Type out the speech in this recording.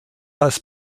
als